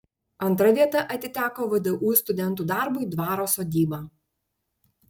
antra vieta atiteko vdu studentų darbui dvaro sodyba